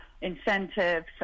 incentives